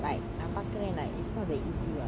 like நான் பாக்குறான்:naan paakuran like it's not that easy [what]